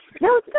No